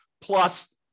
plus